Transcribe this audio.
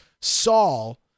Saul